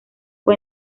fue